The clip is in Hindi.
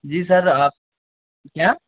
जी सर आप क्या